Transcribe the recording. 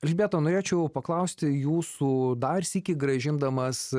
elžbieta norėčiau paklausti jūsų dar sykį grąžindamas